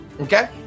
Okay